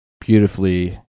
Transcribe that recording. beautifully